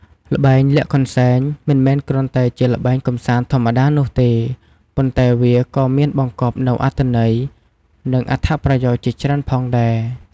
ល្បែងលាក់កន្សែង មិនមែនគ្រាន់តែជាល្បែងកម្សាន្តធម្មតានោះទេ ប៉ុន្តែវាក៏មានបង្កប់នូវអត្ថន័យ និងអត្ថប្រយោជន៍ជាច្រើនផងដែរ។